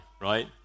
right